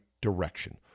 direction